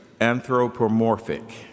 anthropomorphic